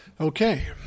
Okay